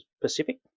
Pacific